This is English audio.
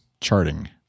charting